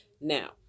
Now